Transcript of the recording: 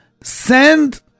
send